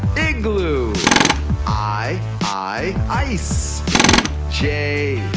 igloo i i ice j,